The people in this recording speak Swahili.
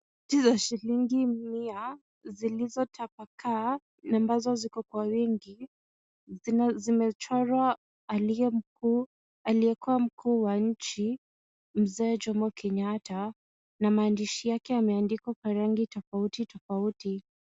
Noti za shilingi mia, zilizotapakaa ambazo ziko kwa wingi. Zimechorwa aliyekuwa mkuu wa nchi, Mzee Jomo Kenyatta, na maandishi yake yameandikwa rangi tofauti tofauti.